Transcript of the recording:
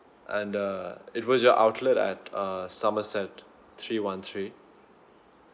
and uh it was your outlet at uh somerset three one three